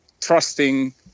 trusting